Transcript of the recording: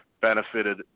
benefited